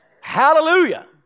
Hallelujah